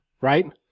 right